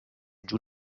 giù